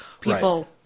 people